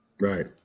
Right